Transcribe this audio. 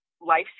life